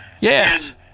yes